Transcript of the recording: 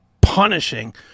punishing